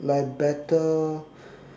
like better